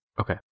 Okay